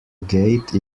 gate